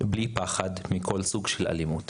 בלי פחד מכל סוג של אלימות.